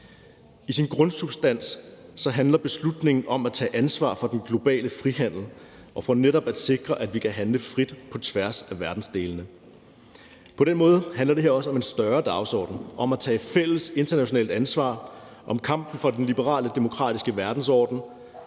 I sin grundsubstans handler beslutningen om at tage ansvar for den globale frihandel og for netop at sikre, at vi kan handle frit på tværs af verdensdelene. På den måde handler det her også om en større dagsorden, om at tage fælles internationalt ansvar og om kampen for den liberale demokratiske verdensorden.